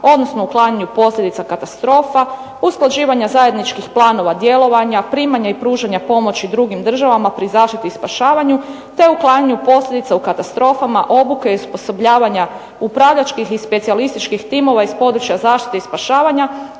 odnosno uklanjanju posljedica katastrofa, usklađivanja zajedničkih planova djelovanja, primanja i pružanja pomoći drugim državama pri zaštiti i spašavanju, te uklanjanju posljedica u katastrofama, obuke i osposobljavanja upravljačkih i specijalističkih timova iz područja zaštite i spašavanja,